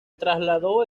trasladó